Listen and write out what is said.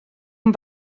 amb